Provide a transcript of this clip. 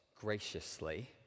graciously